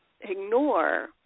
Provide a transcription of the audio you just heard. ignore